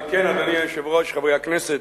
על כן, אדוני היושב-ראש, חברי הכנסת,